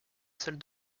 celle